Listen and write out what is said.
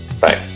Bye